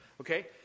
Okay